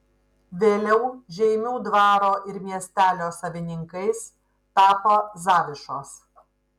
vėliau žeimių dvaro ir miestelio savininkais tapo zavišos